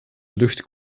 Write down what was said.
lucht